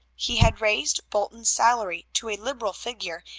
he had raised bolton's salary to a liberal figure,